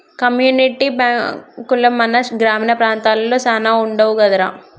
community బాంకులు మన గ్రామీణ ప్రాంతాలలో సాన వుండవు కదరా